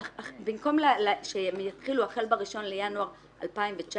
במקום שהם יתחילו החל ב-1 בינואר 2019,